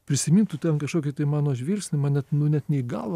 prisimintų ten kažkokį tai mano žvilgsnį man net nu ne į galvą